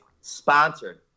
sponsored